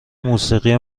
موسیقی